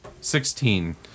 Sixteen